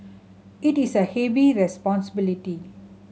it is a heavy responsibility